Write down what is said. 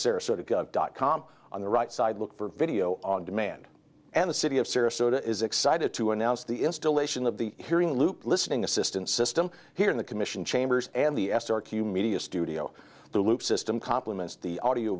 sarasota gov dot com on the right side look for video on demand and the city of syria so is excited to announce the installation of the hearing loop listening assistance system here in the commission chambers and the s r q media studio the loop system complements the audio